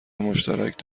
مشترک